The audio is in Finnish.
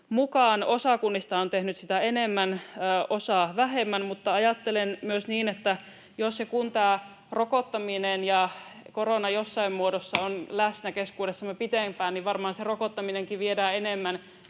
mukaan. Osa kunnista on tehnyt sitä enemmän, osa vähemmän, mutta ajattelen myös niin, että jos ja kun tämä rokottaminen ja korona jossain muodossa ovat läsnä keskuudessamme pitempään, niin varmaan se rokottaminenkin viedään enemmän